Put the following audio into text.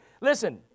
listen